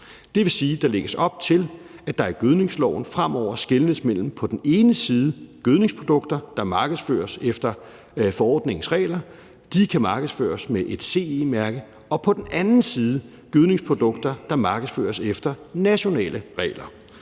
Det vil sige, at der lægges op til, at der i gødningsloven fremover skelnes mellem på den ene side gødningsprodukter, der markedsføres efter forordningens regler – de kan markedsføres med et CE-mærke – og på den anden side gødningsprodukter, der markedsføres efter nationale regler.